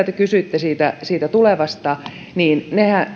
te kysyitte siitä siitä tulevasta